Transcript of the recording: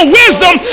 wisdom